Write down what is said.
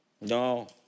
No